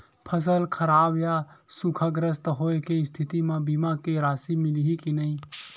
फसल खराब या सूखाग्रस्त होय के स्थिति म बीमा के राशि मिलही के नही?